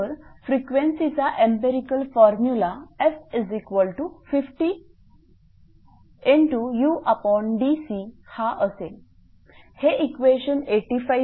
तर फ्रिक्वेन्सीचा empirical formula f50udc हा असेल हे इक्वेशन 85 असेल